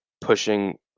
pushing